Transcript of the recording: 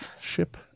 Ship